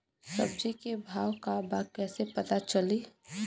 सब्जी के भाव का बा कैसे पता चली?